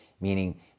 meaning